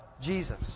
Jesus